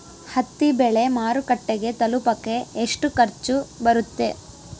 ಹತ್ತಿ ಬೆಳೆ ಮಾರುಕಟ್ಟೆಗೆ ತಲುಪಕೆ ಎಷ್ಟು ಖರ್ಚು ಬರುತ್ತೆ?